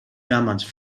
damage